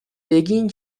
بگین